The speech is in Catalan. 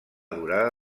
durada